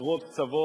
שנותרו עוד קצוות